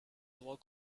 log